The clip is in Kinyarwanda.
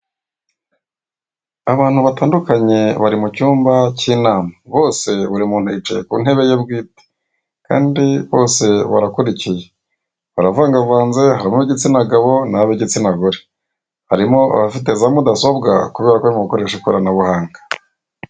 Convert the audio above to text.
Abantu batandunkanye bari mu cyumba cy'inama bose buri muntu yicaye ku ntebe ye bwite kandi bose barakurikiye, baravangavanganze harimo ab'igitsina gabo n'ab'igitsina gore, harimo abafite za mudasobwa kubera ko barimo gukoresha ikoranabuhanga.